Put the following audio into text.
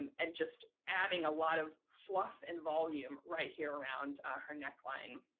and and just adding a lot of fluff and volume right here around her neckline.